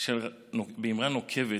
נוקבת